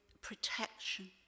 protection